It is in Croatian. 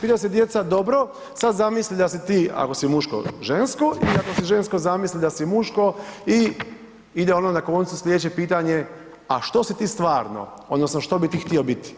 pita se djeca dobro sad zamisli da si ti, ako si muško žensko i ako si žensko zamisli da si muško i ide ono na koncu slijedeće pitanje, a što si ti stvarno odnosno što bi ti htio biti.